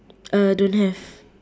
uh don't have